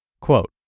Quote